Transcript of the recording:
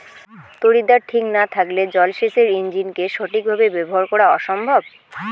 তড়িৎদ্বার ঠিক না থাকলে জল সেচের ইণ্জিনকে সঠিক ভাবে ব্যবহার করা অসম্ভব